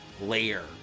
layer